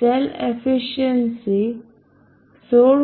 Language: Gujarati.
cell efficiency 16